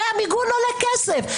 הרי המיגון עולה כסף.